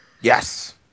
Yes